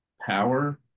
power